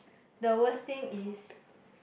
the worst thing is